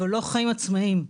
אבל לא חיים עצמאיים.